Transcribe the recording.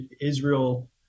Israel